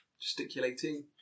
gesticulating